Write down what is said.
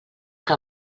que